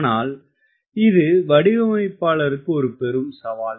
ஆனால் இது வடிவமைப்பாளருக்கு ஒரு சவால்